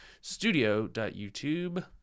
studio.youtube